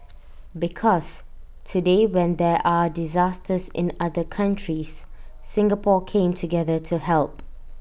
because today when there are disasters in other countries Singapore came together to help